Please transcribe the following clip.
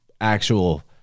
actual